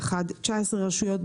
באחד 19 רשויות,